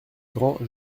grand